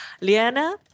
Liana